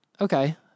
Okay